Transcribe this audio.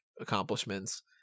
accomplishments